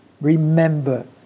remember